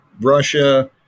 Russia